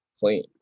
Clean